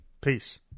Peace